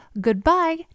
goodbye